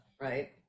right